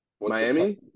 Miami